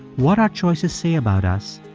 what our choices say about us,